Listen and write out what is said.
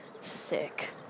Sick